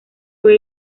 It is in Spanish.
fue